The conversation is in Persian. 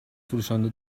فروشنده